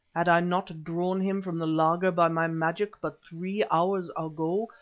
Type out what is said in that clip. had i not drawn him from the laager by my magic but three hours ago,